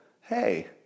hey